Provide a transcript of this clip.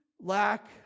lack